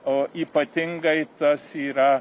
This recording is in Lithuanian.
o ypatingai tas yra